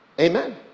Amen